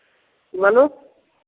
बोलू